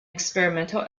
experimental